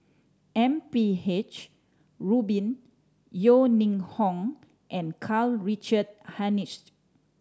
M P H Rubin Yeo Ning Hong and Karl Richard Hanitsch